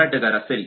ಮಾರಾಟಗಾರ ಸರಿ